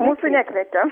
mūsų nekvietė